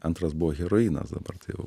antras buvo heroinas dabar tai jau